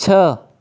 छह